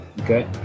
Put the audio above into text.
Okay